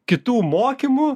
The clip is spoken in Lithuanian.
kitų mokymu